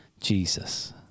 Jesus